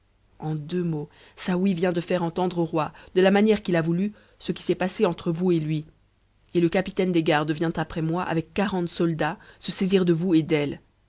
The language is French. en deux mots saouy vient de faire entendre au roi de n uuct'e qu'il a voulu ce qui s'est passé entre vous et lui et le capitaine sti'des vient après moi avec quarante soldats se saisir de vous et d'elle